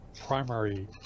primary